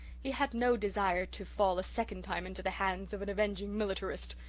he had no desire to fall a second time into the hands of an avenging militarist.